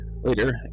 Later